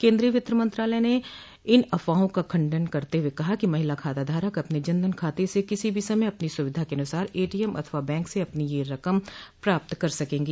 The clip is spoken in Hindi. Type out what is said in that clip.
केंद्रीय वित्त मंत्रालय ने इन अफवाहों का खंडन करते हुए कहा है कि महिला खाताधारक अपने जनधन खाते से किसी भी समय अपनी सुविधा के अनुसार एटीएम अथवा बैंक से अपनी यह रकम प्राप्त कर सकेंगी